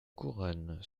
couronne